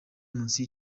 munsi